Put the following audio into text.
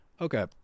okay